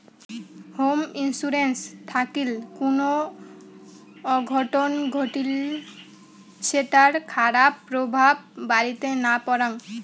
home insurance থাকিল কুনো অঘটন ঘটলি সেটার খারাপ প্রভাব বাড়িতে না পরাং